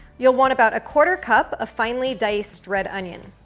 you'll want about a quarter cup of finely diced red onion.